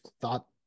thought